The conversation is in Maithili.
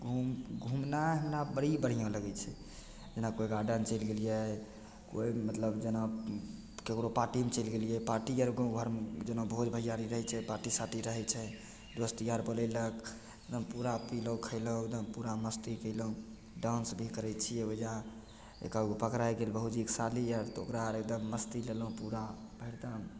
घूम घुमनाइ हमरा बड़ी बढ़िआँ लगय छै जेना कोइ गार्डेन चलि गेलियै कोइ मतलब जेना ककरो पार्टीमे चलि गेलियै पार्टी आर गाँव घरमे जेना भोज भैयारी रहय छै पार्टी सार्टी रहय छै दोस्त यार बोलेलक एकदम पूरा पिलहुँ खइलहुँ एकदम पूरा मस्ती कयलहुँ डांस भी करय छियै ओइजाँ एकहकगो पकड़ाइ गेल भौजीके साली आर तऽ ओकरा एकदम मस्ती कयलहुँ पूरा भरि दम